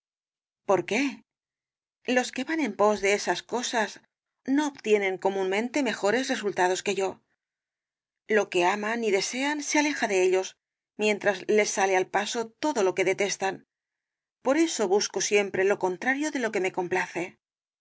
por qué los que van en pos de esas cosas no el caballero de las botas azules obtienen comúnmente mejores resultados que yo lo que aman y desean se aleja de ellos mientras les sale al paso todo lo que detestan por eso busco siempre lo contrario de lo que me complace